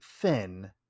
thin